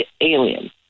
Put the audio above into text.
alien